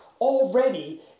already